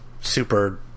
super